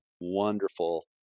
wonderful